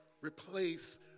replace